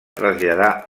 traslladar